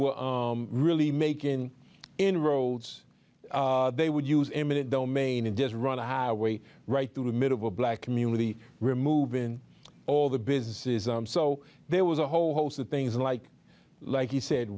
were really making inroads they would use eminent domain and does run a highway right through the middle of a black community removing all the businesses so there was a whole host of things like like you said